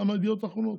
למה ידיעות אחרונות?